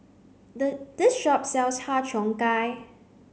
the this shop sells Har Cheong Gai